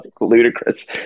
ludicrous